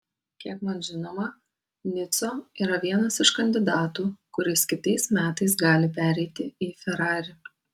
kiek man žinoma nico yra vienas iš kandidatų kuris kitais metais gali pereiti į ferrari